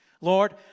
Lord